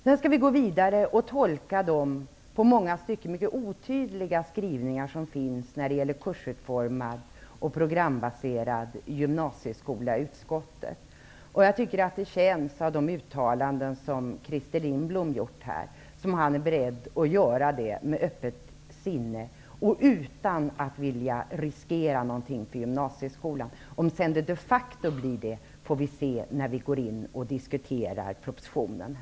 Sedan skall vi gå vidare i utskottet och tolka de i många stycken mycket otydliga skrivningarna när det gäller kursutformad och programbaserad gymnsieskola. Att döma av de uttalanden Christer Lindblom gjort verkar han vara beredd att göra det med öppet sinne och utan att riskera någonting för gymnsieskolan. Vi får se om det de facto blir så när vi diskuterar propositionen.